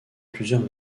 plusieurs